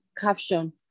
Caption